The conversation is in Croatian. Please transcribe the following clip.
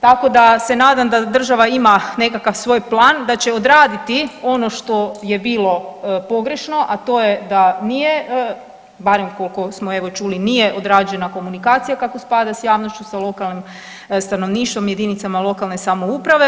Tako se nadam da država ima nekakav svoj plan, da će odraditi ono što je bilo pogrešno, a to je da nije, barem koliko smo evo čuli nije odrađena komunikacija kako spada s javnošću, sa lokalnim stanovništvom, jedinicama lokalne samouprave.